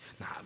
Nah